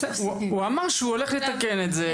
הוא אמר שהוא הולך לתקן את זה.